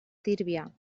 tírvia